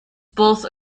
both